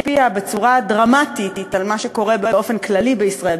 בצורה דרמטית על מה שקורה באופן כללי בישראל,